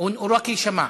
הוא רק יישמע.